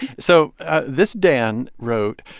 so this dan wrote,